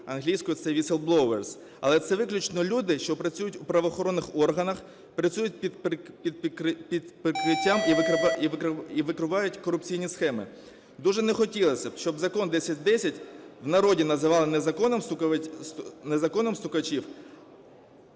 англійською це whistleblowers. Але це виключно люди, що працюють у правоохоронних органах, працюють під прикриттям і викривають корупційні схеми. Дуже не хотілося б, щоб Закон 1010 у народі називали не законом стукачів…